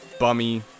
bummy